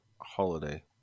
holiday